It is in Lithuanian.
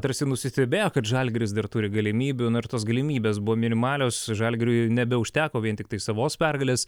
tarsi nusistebėjo kad žalgiris dar turi galimybių nu ir tos galimybės buvo minimalios žalgiriui nebeužteko vien tiktai savos pergalės